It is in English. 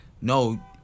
No